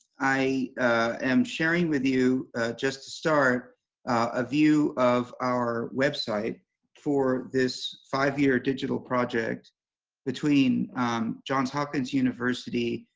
i am sharing with you just to start a view of our website for this five-year digital project between johns hopkins university,